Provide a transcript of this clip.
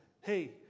Hey